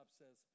says